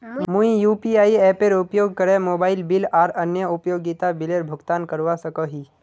मुई यू.पी.आई एपेर उपयोग करे मोबाइल बिल आर अन्य उपयोगिता बिलेर भुगतान करवा सको ही